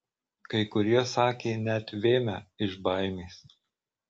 kai kurie sakė net vėmę iš baimės